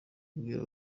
kubwira